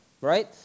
right